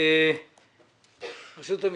רשות המיסים.